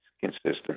consistent